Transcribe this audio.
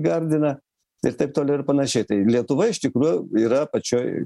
gardiną ir taip toliau ir panašiai tai lietuva iš tikrų yra pačioj